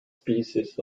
species